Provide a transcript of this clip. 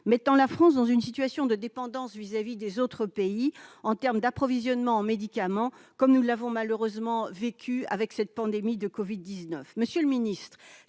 mettant la France dans une situation de dépendance vis-à-vis des autres pays en termes d'approvisionnement en médicaments, comme nous l'avons malheureusement constaté à l'occasion de cette pandémie de Covid-19. Monsieur le secrétaire